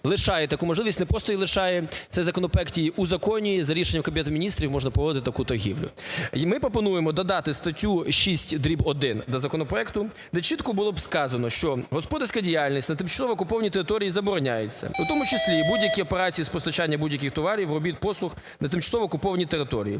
лишає таку можливість, не просто її лишає, цей законопроект її узаконює, за рішенням Кабінету Міністрів можна проводити таку торгівлю. Ми пропонуємо додати статтю 6/1 до законопроекту, де чітко було б сказано, що господарська діяльність на тимчасово окупованій території забороняється, в тому числі будь-які операції з постачання будь-яких товарів, робіт, послуг на тимчасово окупованій території,